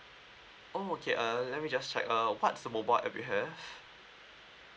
oh okay uh let me just check uh what's the mobile app you have